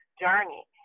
journey